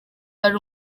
hari